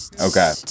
Okay